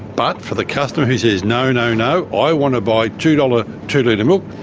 but for the customer who says no, no, no, i want to buy two dollars two-litre milk,